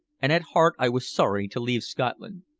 and at heart i was sorry to leave scotland.